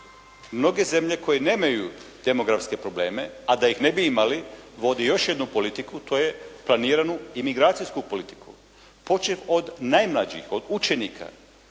Mnoge zemlje koje nemaju demografske probleme, a da ih ne bi imali vodi još jednu politiku, to je planiranu i migracijsku politiku počev od najmlađih, od učenika